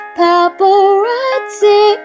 paparazzi